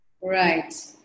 Right